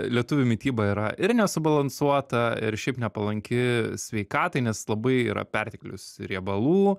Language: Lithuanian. lietuvių mityba yra ir nesubalansuota ir šiaip nepalanki sveikatai nes labai yra perteklius riebalų